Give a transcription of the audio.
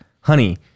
honey